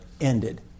ended